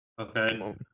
Okay